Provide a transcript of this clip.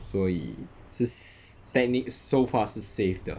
所以是 sa~ technic~ so far 是 safe 的